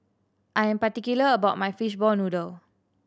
I am particular about my fishball noodle